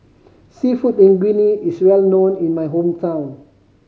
Seafood Linguine is well known in my hometown